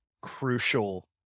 crucial